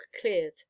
cleared